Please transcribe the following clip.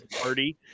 party